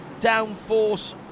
downforce